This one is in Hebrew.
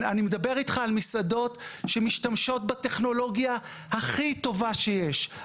אני מדבר איתך על מסעדות שמשתמשות בטכנולוגיה הכי טובה שיש,